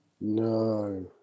No